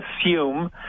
assume